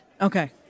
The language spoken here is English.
Okay